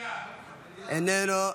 איננו.